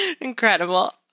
Incredible